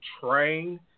train